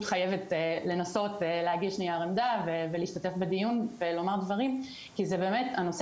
חייבת לנסות להגיש נייר עמדה ולהשתתף בדיון ולומר דברים כי הנושא